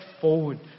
forward